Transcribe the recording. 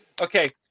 Okay